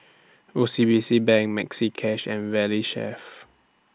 O C B C Bank Maxi Cash and Valley Chef